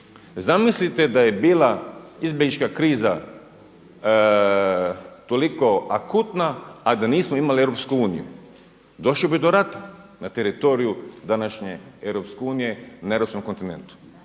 Zamislite da je bila izbjeglička kriza toliko akutna, a da nismo imali EU? Došlo bi do rata na teritoriju današnje EU na Europskom kontinentu.